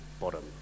bottom